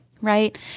Right